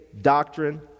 doctrine